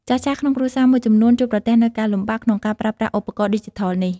ចាស់ៗក្នុងគ្រួសារមួយចំនួន ជួបប្រទះនូវការលំបាកក្នុងការប្រើប្រាស់ឧបករណ៍ឌីជីថលនេះ។